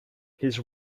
his